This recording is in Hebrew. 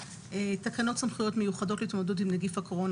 "תקנות סמכויות מיוחדות להתמודדות עם נגיף הקורונה